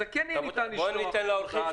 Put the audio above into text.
אז כן ניתן יהיה לשלוח --- תודה.